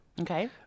okay